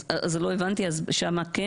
אז לא הבנתי, שם כן?